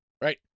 Right